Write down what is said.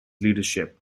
leadership